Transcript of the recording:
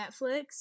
Netflix